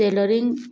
tailoring